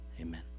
Amen